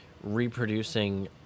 reproducing